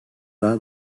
daha